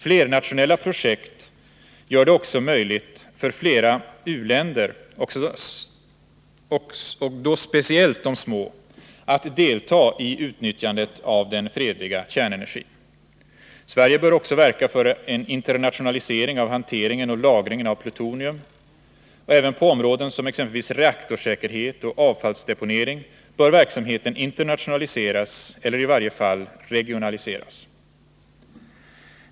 Flernationella projekt gör det också möjligt för fler u-länder — och då speciellt de små — att delta i utnyttjandet av den fredliga kärnenergin. Sverige bör också verka för en internationalisering av hanteringen och lagringen av plutonium. Även på områden som exempelvis reaktorsäkerhet och avfallsdeponering bör verksamheten internationaliseras eller i varje fall regionaliseras.